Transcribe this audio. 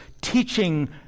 teaching